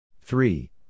Three